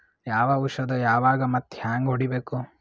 ಯಾವ ಔಷದ ಯಾವಾಗ ಮತ್ ಹ್ಯಾಂಗ್ ಹೊಡಿಬೇಕು?